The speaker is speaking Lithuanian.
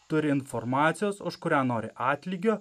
turi informacijos už kurią nori atlygio